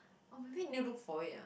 or maybe need look for it ah